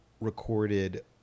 recorded